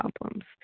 problems